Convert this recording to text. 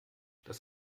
das